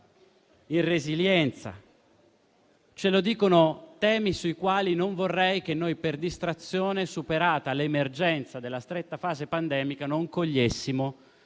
la resilienza. Ce lo fanno capire temi sui quali non vorrei che noi, per distrazione, superata l'emergenza della stretta fase pandemica, non cogliessimo